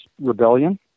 Rebellion